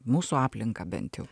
mūsų aplinką bent jau